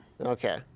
Okay